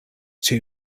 too